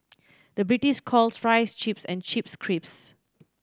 the British calls fries chips and chips crisps